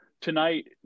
Tonight